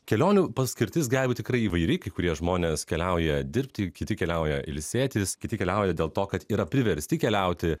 kelionių paskirtis gali būt tikrai įvairi kai kurie žmonės keliauja dirbti kiti keliauja ilsėtis kiti keliauja dėl to kad yra priversti keliauti